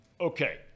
Okay